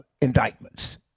indictments